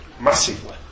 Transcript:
massively